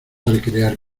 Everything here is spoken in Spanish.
recrear